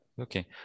Okay